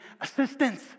assistance